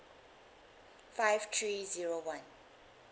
five three zero one